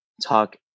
talk